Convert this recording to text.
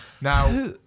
now